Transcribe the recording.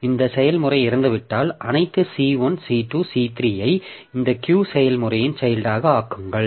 இந்த செயல்முறை இறந்துவிட்டால் அனைத்து C 1 C 2 C 3 ஐ இந்த Q செயல்முறையின் சைல்ட்டாக ஆக்குங்கள்